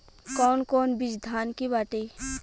कौन कौन बिज धान के बाटे?